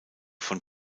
von